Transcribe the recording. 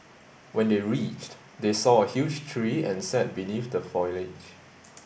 when they reached they saw a huge tree and sat beneath the foliage